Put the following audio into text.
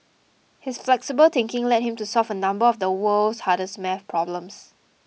his flexible thinking led him to solve a number of the world's hardest maths problems